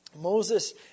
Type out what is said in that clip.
Moses